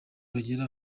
bagera